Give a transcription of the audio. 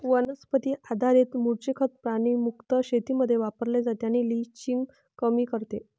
वनस्पती आधारित मूळचे खत प्राणी मुक्त शेतीमध्ये वापरले जाते आणि लिचिंग कमी करते